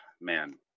man